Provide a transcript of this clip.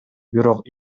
бирок